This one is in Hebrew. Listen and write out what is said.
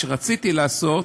שרציתי לעשות,